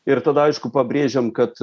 ir tada aišku pabrėžiam kad